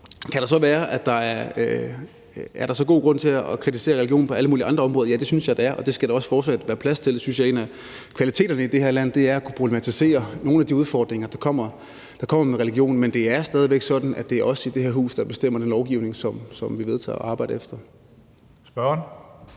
andre steder. Er der så god grund til at kritisere religion på alle mulige andre områder? Ja, det synes jeg der er, og det skal der også fortsat være plads til. Det synes jeg er en af kvaliteterne i det her land, altså at kunne problematisere nogle af de udfordringer, der kommer med religion. Men det er stadig væk sådan, at det er os i det her hus, der bestemmer den lovgivning, som vi vedtager og arbejder efter. Kl.